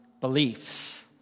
beliefs